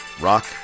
Rock